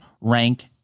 rank